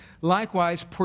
likewise